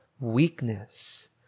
weakness